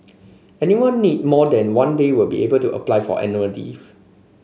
anyone need more than one day will be able to apply for annual leave